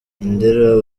ndera